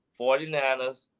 49ers